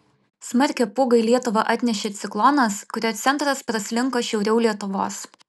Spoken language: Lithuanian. smarkią pūgą į lietuvą atnešė ciklonas kurio centras praslinko šiauriau lietuvos